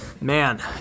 man